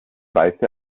weiße